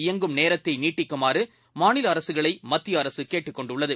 இயங்கும்நேரத்தைநீட்டிக்குமாறுமாநிலஅரசுகளைமத்தியஅரசுகேட்டுக்கொ ண்டுள்ளது